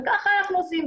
ככה אנחנו עושים.